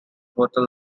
hotel